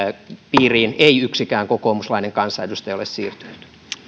piiriin ei yksikään kokoomuslainen kansanedustaja ole siirtynyt